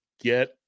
get